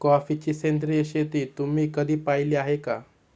कॉफीची सेंद्रिय शेती तुम्ही कधी पाहिली आहे का?